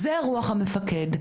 זו רוח המפקד.